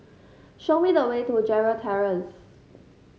show me the way to Gerald Terrace